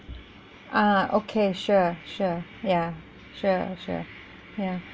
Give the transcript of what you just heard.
ah okay sure sure ya sure sure ya